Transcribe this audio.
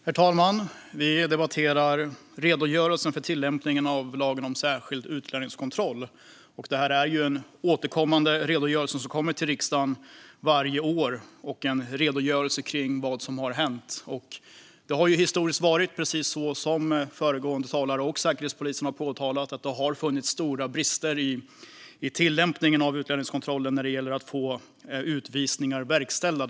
Herr talman! Vi debatterar redogörelsen för tillämpningen av lagen om särskild utlänningskontroll. Detta är en återkommande redogörelse som kommer till riksdagen varje år och som behandlar vad som har hänt. Det har historiskt varit precis så som föregående talare och Säkerhetspolisen har påtalat: Det har funnits stora brister i tillämpningen av utlänningskontrollen när det gäller att få utvisningar verkställda.